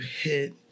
hit